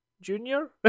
Junior